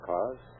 Cars